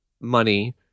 money